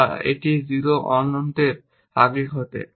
বা একটি 0 অনন্তের আগে ঘটে